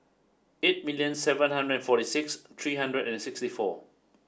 eight million seven hundred forty six three hundred and sixty four